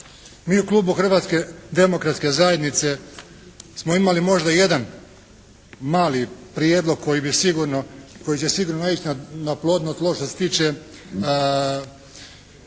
Mi u klubu Hrvatske demokratske zajednice smo imali možda jedan mali prijedlog koji bi sigurno, koji će sigurno naići na plodno tlo što se tiče